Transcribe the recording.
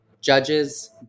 Judges